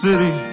City